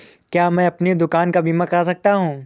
क्या मैं अपनी दुकान का बीमा कर सकता हूँ?